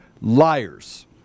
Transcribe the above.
liars